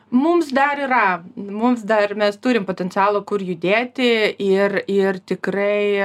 mums dar yra mums dar mes turim potencialo kur judėti ir ir tikrai